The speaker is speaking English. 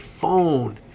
phone